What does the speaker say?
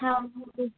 हां